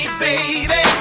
baby